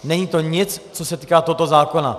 Není to nic, co se týká tohoto zákona.